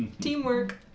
Teamwork